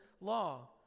law